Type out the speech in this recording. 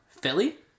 Philly